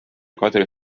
kadri